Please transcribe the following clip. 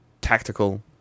tactical